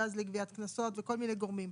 המרכז לגביית קנסות וכל מיני גורמים,